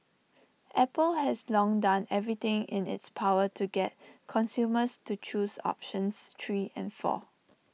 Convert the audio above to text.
Apple has long done everything in its power to get consumers to choose options three and four